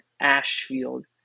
Ashfield